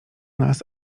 nas